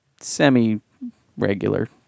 semi-regular